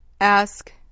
Ask